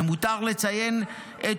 למותר לציין את